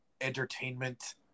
entertainment